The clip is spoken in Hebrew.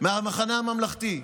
מהמחנה הממלכתי,